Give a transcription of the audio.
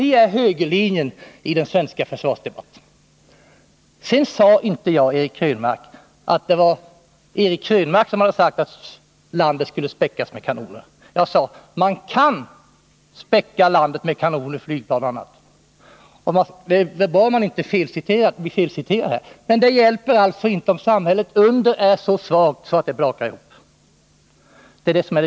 Ni är högerlinjen i den svenska försvarsdebatten. Jag sade inte att Eric Krönmark hade sagt att landet skulle späckas med kanoner. Jag sade att man kan späcka landet med kanoner, flygplan och annat — på en sådan punkt bör man inte behöva bli felciterad — men att det Nr 27 inte hjälper om samhället där under är så svagt att det brakar ihop.